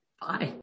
Bye